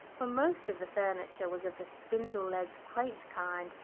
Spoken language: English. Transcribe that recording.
for most of the furniture was of the spindle-legged quaint kind,